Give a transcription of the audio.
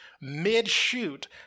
mid-shoot